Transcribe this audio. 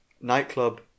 nightclub